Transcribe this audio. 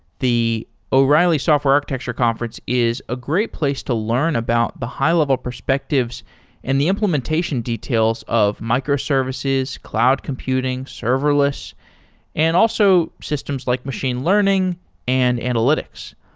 the o'reilly software architecture conference is a great place to learn about the high-level perspectives and the implementation details of microservices, cloud computing, serverless and also systems like machine learning and analytics.